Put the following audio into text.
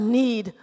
need